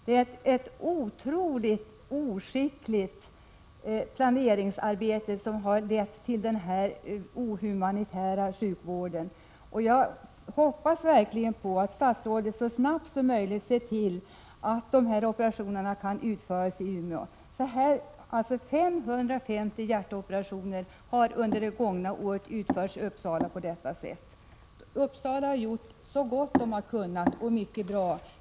Det är ett otroligt oskickligt planeringsarbete som lett till den här ohumanitära sjukvården! Jag hoppas verkligen att statsrådet så snabbt som möjligt ser till att de här operationerna kan utföras i Umeå. 550 hjärtoperationer på patienter från Norrland har under det gångna året utförts i Uppsala. Där har man gjort så gott man har kunnat — man har gjort ett mycket bra arbete.